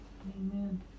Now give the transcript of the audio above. Amen